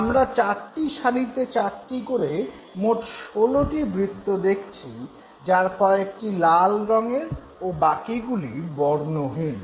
আমরা চারটি সারিতে চারটি করে মোট ১৬টি বৃত্ত দেখছি যার কয়েকটি লাল রঙের ও বাকিগুলি বর্ণহীন